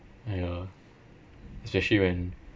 yeah especially when